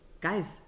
Guys